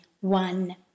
one